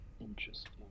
Interesting